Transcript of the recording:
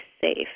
safe